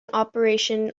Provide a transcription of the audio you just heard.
operation